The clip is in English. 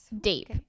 Deep